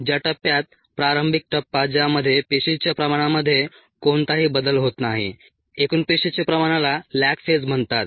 ज्या टप्प्यात प्रारंभिक टप्पा ज्यामध्ये पेशीच्या प्रमाणामध्ये कोणताही बदल होत नाही एकूण पेशीच्या प्रमाणाला लॅग फेज म्हणतात